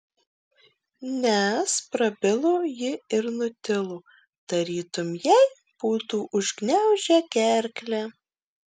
nes prabilo ji ir nutilo tarytum jai būtų užgniaužę gerklę